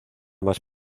más